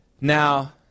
Now